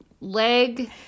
leg